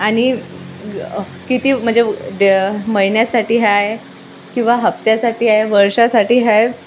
आणि किती म्हणजे महिन्यासाठी आहे किंवा हप्त्यासाठी आहे वर्षासाठी आहे